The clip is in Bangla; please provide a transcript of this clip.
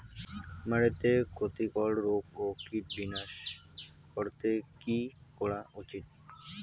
মাটিতে ক্ষতি কর রোগ ও কীট বিনাশ করতে কি করা উচিৎ?